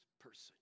person